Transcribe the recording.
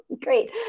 Great